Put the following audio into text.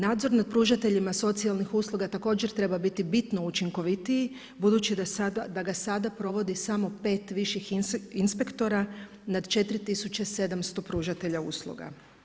Nadzor nad pružateljima socijalnih usluga također treba biti bitno učinkovitiji budući da ga sada provodi samo 5 viših inspektora nad 4700 pružatelja usluga.